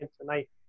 tonight